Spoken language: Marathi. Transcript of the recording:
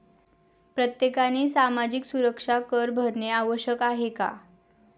प्रत्येकाने सामाजिक सुरक्षा कर भरणे आवश्यक आहे का?